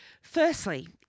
Firstly